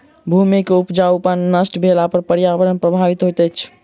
भूमि के उपजाऊपन नष्ट भेला पर पर्यावरण प्रभावित होइत अछि